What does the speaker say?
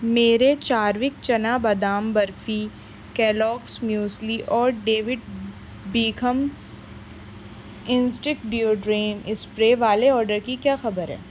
میرے چاروک چنا بادام برفی کیلوکس میوسلی اور David Beckham instinct deodorant spray والے آرڈر کی کیا خبر ہے